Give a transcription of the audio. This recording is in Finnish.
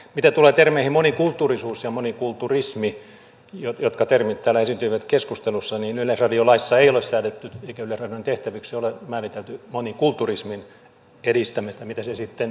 mitä tulee termeihin monikulttuurisuus ja monikulturismi jotka termit täällä esiintyivät keskustelussa niin yleisradiolaissa ei ole säädetty eikä yleisradion tehtäväksi ole määritelty monikulturismin edistämistä mitä se sitten lieneekään